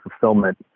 fulfillment